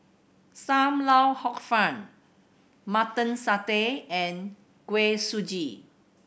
Sam Lau Hor Fun Mutton Satay and Kuih Suji